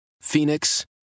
Phoenix